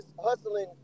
hustling